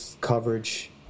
coverage